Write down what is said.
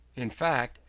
in fact,